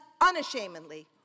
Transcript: unashamedly